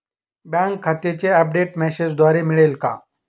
Bank खात्याचे update मेसेजद्वारे मिळेल का?